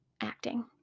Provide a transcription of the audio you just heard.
acting